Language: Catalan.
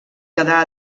quedar